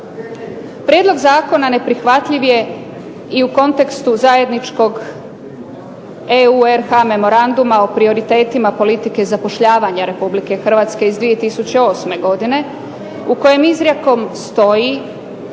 Prijedlog zakona neprihvatljiv je i u kontekstu zajedničkog EU-RH memoranduma o prioritetima politike zapošljavanja Republike Hrvatske iz 2008. godine u kojem izrijekom stoji